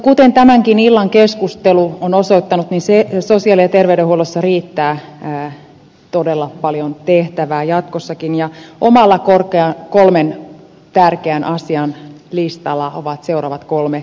kuten tämänkin illan keskustelu on osoittanut sosiaali ja terveydenhuollossa riittää todella paljon tehtävää jatkossakin ja omalla kolmen tärkeän asian listallani ovat seuraavat kolme asiaa